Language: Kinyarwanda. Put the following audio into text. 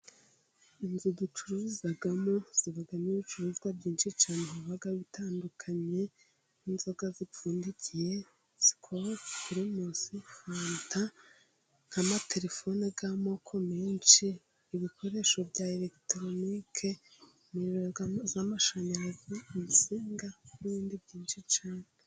Inzu ducururizamo zibamo ibicuruzwa byinshi cyane biba bitandukanye, nk'inzoga zipfundikiye, sikoro, pirimusi, fanta, nk'amatelefone y'amoko menshi, ibikoresho bya eregitoronike, imiriro y'amashanyarazi, insisinga, n'ibindi byinshi cyane.